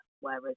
whereas